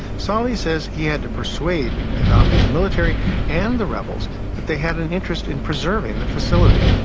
sahli says he had to persuade gaddafi's military and the rebels that they had an interest in preserving the facility.